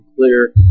clear